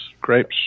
grapes